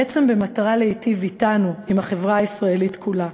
בעצם במטרה להיטיב אתנו, עם החברה הישראלית כולה.